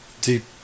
deep